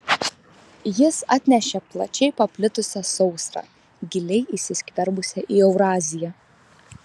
jis atnešė plačiai paplitusią sausrą giliai įsiskverbusią į euraziją